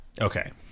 okay